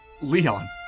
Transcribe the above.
Leon